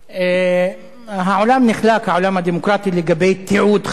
העולם נחלק, העולם הדמוקרטי, לגבי תיעוד חקירות,